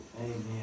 Amen